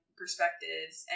perspectives